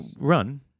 run